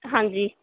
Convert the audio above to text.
ਹਾਂਜੀ